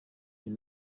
iyi